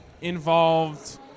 involved